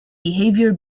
behavior